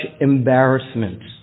embarrassments